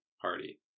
Party